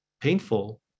painful